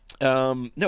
No